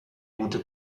gute